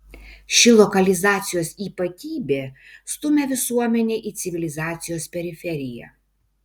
ši lokalizacijos ypatybė stumia visuomenę į civilizacijos periferiją